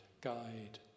Guide